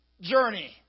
journey